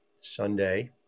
Sunday